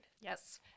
Yes